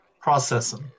processing